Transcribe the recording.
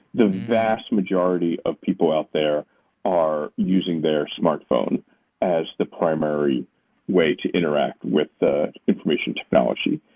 the vast majority of people out there are using their smartphone as the primary way to interact with the information technology.